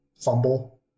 fumble